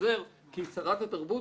לצנזר כי שרת התרבות,